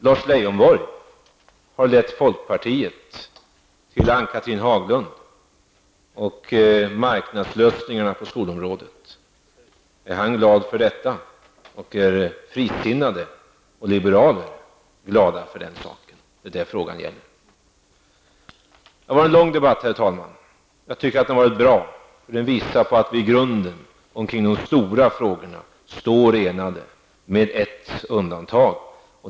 Lars Leijonborg har lett folkpartiet till Ann Cathrine Haglund och marknadslösningarna på skolområdet. Är han glad för detta och är frisinnade och liberaler glada över den saken? Det är det frågan gäller. Det har varit en lång debatt, herr talman. Jag tycker att den har varit bra. Den visar att vi i grunden, kring de stora frågorna, står enade, med ett undantag.